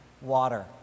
water